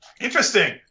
Interesting